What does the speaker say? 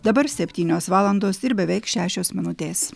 dabar septynios valandos ir beveik šešios minutės